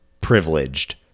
privileged